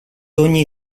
ogni